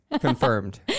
confirmed